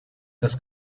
das